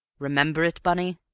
remember it, bunny?